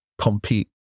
compete